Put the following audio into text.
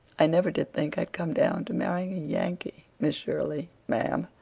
i never did think i'd come down to marrying a yankee, miss shirley, ma'am,